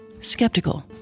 skeptical